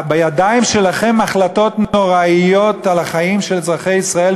בידיים שלכם החלטות נוראיות על החיים של אזרחי ישראל,